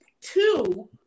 two